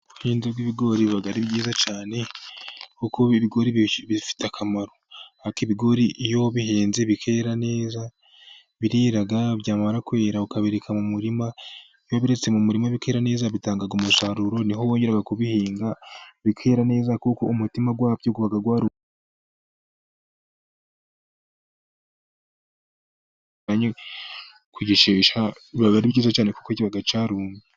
ubuhinzi rw'ibigori biba ari byiza cyane, kuko bifite akamaro, ibigori iyo bihinze bikera, birera byamara kwera ukabireka mu murima bibitse, bitanga umusaruro niho wongera kubihinga bikera kuko umutima wabyo aba ari byiza cyane kuko kiba cyarumye.